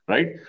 Right